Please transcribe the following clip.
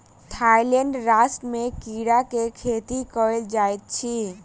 Thailand राष्ट्र में कीड़ा के खेती कयल जाइत अछि